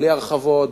בלי הרחבות,